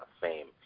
fame